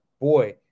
boy